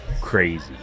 crazy